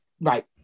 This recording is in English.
Right